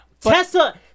Tessa